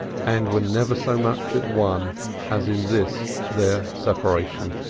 and were never so much at one as in this their separation.